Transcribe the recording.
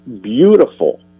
beautiful